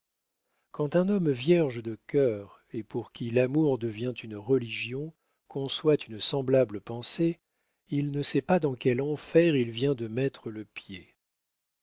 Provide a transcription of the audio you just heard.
quand un homme vierge de cœur et pour qui l'amour devient une religion conçoit une semblable pensée il ne sait pas dans quel enfer il vient de mettre le pied